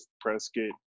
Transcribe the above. Prescott